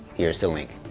here is the link.